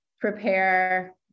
prepare